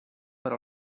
per